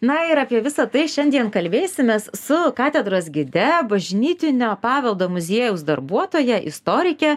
na ir apie visa tai šiandien kalbėsimės su katedros gide bažnytinio paveldo muziejaus darbuotoja istorike